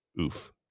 oof